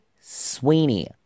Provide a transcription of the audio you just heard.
Sweeney